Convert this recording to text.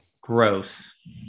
gross